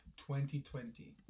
2020